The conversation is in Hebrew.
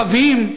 כוכבים,